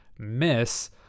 miss